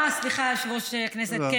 אה, סליחה, יושב-ראש הכנסת.